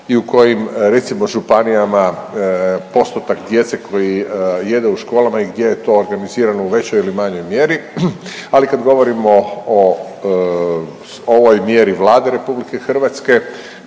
i u kojim, recimo, županijama postotak djece koji jede u školama i gdje je to organizirano u većoj ili manjoj mjeri, ali kad govorimo o ovoj mjeri Vlade RH koju, eto,